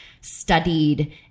studied